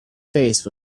face